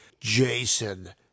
Jason